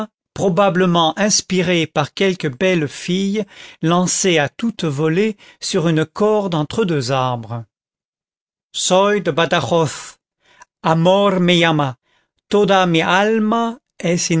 probablement inspirée par quelque belle fille lancée à toute volée sur une corde entre deux arbres soy de badajoz